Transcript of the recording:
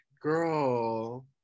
girl